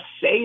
say